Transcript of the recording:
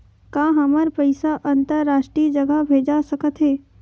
का हमर पईसा अंतरराष्ट्रीय जगह भेजा सकत हे?